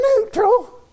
neutral